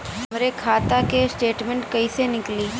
हमरे खाता के स्टेटमेंट कइसे निकली?